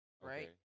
right